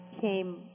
came